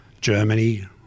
Germany